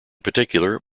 particular